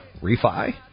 refi